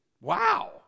wow